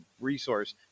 resource